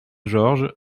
georges